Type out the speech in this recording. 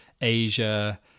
Asia